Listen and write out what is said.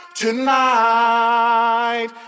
tonight